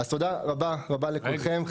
תודה רבה לכולכם,